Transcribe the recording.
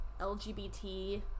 LGBT